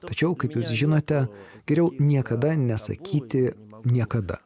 tačiau kaip jūs žinote geriau niekada nesakyti niekada